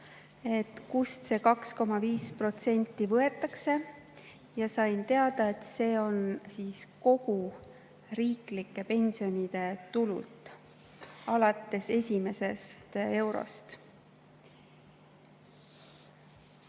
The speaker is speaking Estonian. kust see 2,5% võetakse, ja sain teada, et see on kogu riiklike pensionide tulult, alates esimesest eurost.